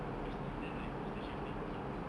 selepas itu then like mister shafrin came